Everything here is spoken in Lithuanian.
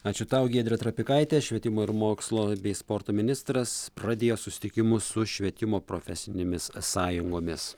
ačiū tau giedrė trapikaitė švietimo ir mokslo bei sporto ministras pradėjo susitikimus su švietimo profesinėmis sąjungomis